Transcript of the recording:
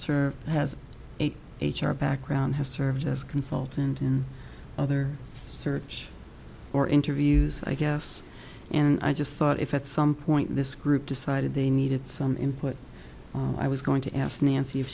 served has eight h r background has served as consultant in other search or interviews i guess and i just thought if at some point this group decided they needed some input i was going to ask nancy if